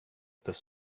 this